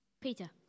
Peter